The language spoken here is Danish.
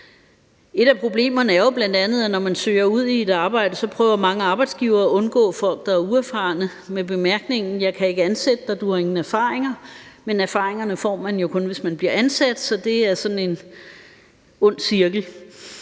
Et af problemerne er jo bl.a., at når man søger ud i et arbejde, prøver mange arbejdsgivere at undgå folk, der er uerfarne, med bemærkningen: Jeg kan ikke ansætte dig, for du har ingen erfaring. Men erfaring får man jo kun, hvis man bliver ansat. Så det er sådan en ond cirkel.